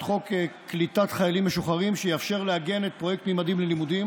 חוק קליטת חיילים משוחררים שיאפשר לעגן את פרויקט ממדים ללימודים,